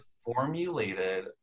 formulated